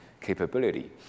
capability